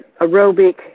aerobic